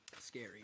Scary